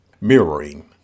Mirroring